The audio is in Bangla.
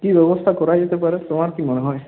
কি ব্যবস্থা করা যেতে পারে তোমার কী মনে হয়